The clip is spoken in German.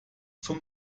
zum